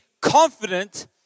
confident